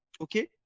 okay